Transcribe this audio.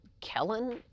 Kellen